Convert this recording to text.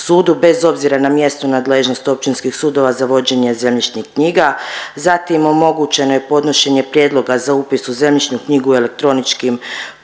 bez obzira na mjesnu nadležnost općinskih sudova za vođenje zemljišnih knjiga, zatim omogućeno je podnošenje prijedloga za upis u zemljišnu knjigu elektroničkim putem,